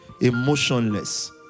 Emotionless